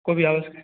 कोइ भी आबय